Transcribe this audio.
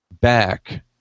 back